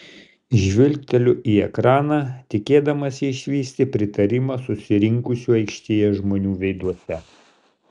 žvilgteliu į ekraną tikėdamasi išvysti pritarimą susirinkusių aikštėje žmonių veiduose